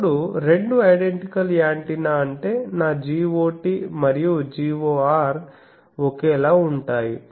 ఇప్పుడు రెండు identical antenna అంటే నా Got మరియు Gor ఒకేలా ఉంటాయి